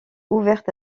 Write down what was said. ouverte